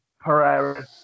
Pereira